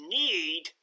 need